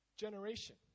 generation